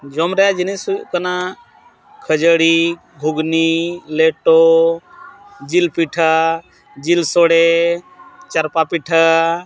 ᱡᱚᱢ ᱨᱮᱱᱟᱜ ᱡᱤᱱᱤᱥ ᱦᱩᱭᱩᱜ ᱠᱟᱱᱟ ᱠᱷᱟᱹᱡᱟᱹᱲᱤ ᱜᱷᱩᱜᱽᱱᱤ ᱞᱮᱴᱚ ᱡᱤᱞ ᱯᱤᱴᱷᱟᱹ ᱡᱤᱞ ᱥᱚᱲᱮ ᱪᱟᱨᱯᱟ ᱯᱤᱴᱷᱟᱹ